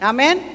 Amen